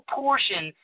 portion